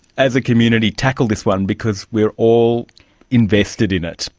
as a community, tackle this one because we are all invested in it?